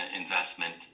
investment